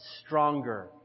stronger